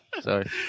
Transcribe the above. sorry